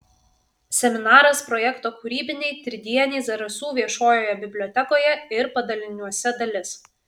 seminaras projekto kūrybiniai tridieniai zarasų viešojoje bibliotekoje ir padaliniuose dalis